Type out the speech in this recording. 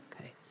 okay